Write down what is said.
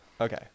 Okay